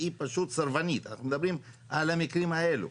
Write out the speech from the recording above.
היא פשוט סרבנית, אנחנו מדברים על המקרים האלו.